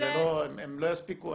הם לא יספיקו.